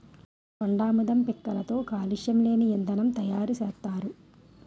కొండాముదం పిక్కలతో కాలుష్యం లేని ఇంధనం తయారు సేత్తారు